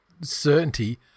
certainty